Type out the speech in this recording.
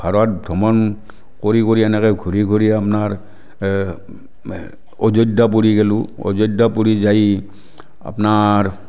ভাৰত ভ্ৰমণ কৰি কৰি এনেকৈ ঘূৰি ঘূৰি আপোনাৰ এই অযোধ্যা পুৰী গলোঁ অযোধ্যা পুৰী যাই আপোনাৰ